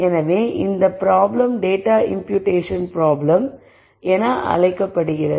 எனவே இந்த problem data imputation problem என்று அழைக்கப்படுகிறது